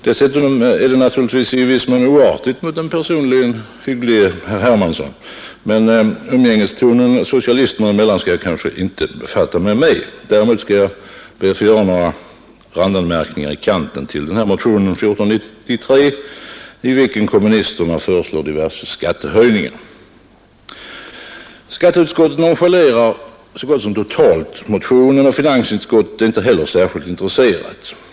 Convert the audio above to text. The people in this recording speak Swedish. Dessutom är det i viss mån oartigt mot den personligen hygglige herr Hermansson, men umgängestonen socialisterna emellan kanske jag inte bör befatta mig med. Däremot skall jag be att få göra några randanmärkningar till motionen 1493, i vilken kommunisterna föreslår diverse skattehöjningar. Skatteutskottet nonchalerar så gott som totalt motionen, och finansutskottet är inte heller särskilt intresserat.